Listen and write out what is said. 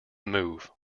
move